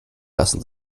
lassen